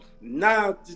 Now